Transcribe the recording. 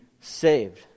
saved